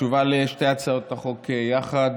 התשובה על שתי הצעות החוק יחד,